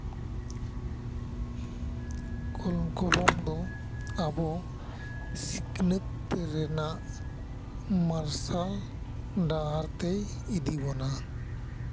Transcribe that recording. ᱠᱚᱞᱚᱢ ᱫᱚ ᱟᱵᱚ ᱥᱤᱠᱷᱱᱟᱹᱛ ᱨᱮᱱᱟᱜ ᱢᱟᱨᱥᱟᱞ ᱰᱟᱦᱟᱨ ᱛᱮᱭ ᱤᱫᱤᱵᱚᱱᱟ